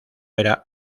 era